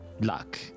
luck